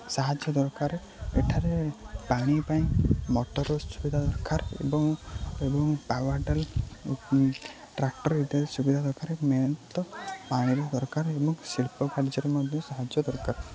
ସାହାଯ୍ୟ ଦରକାର ଏଠାରେ ପାଣି ପାଇଁ ମଟର୍ର ସୁବିଧା ଦରକାର ଏବଂ ଏବଂ ପାୱାର୍ ଟେଲର୍ ଟ୍ରାକ୍ଟର୍ ଇତ୍ୟାଦି ସୁବିଧା ଦରକାରେ ମେନ୍ ତ ପାଣିର ଦରକାର ଏବଂ ଶିଳ୍ପ କାର୍ଯ୍ୟରେ ମଧ୍ୟ ସାହାଯ୍ୟ ଦରକାର